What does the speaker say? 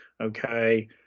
Okay